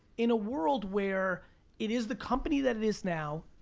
in a world where it is the company that it is now,